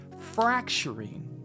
fracturing